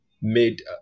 made